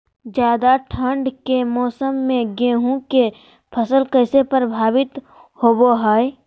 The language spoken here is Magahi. ज्यादा ठंड के मौसम में गेहूं के फसल कैसे प्रभावित होबो हय?